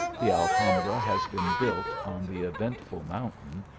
the alhambra has been built on the eventful mountain,